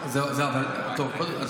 זה לא בוצע.